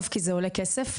כי זה עולה כסף.